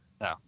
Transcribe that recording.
No